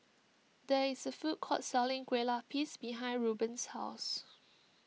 there is a food court selling Kue Lupis behind Reuben's house